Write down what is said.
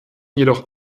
jedoch